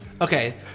okay